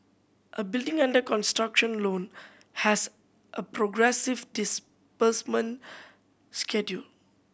a building under construction loan has a progressive disbursement schedule